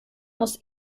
muss